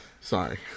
Sorry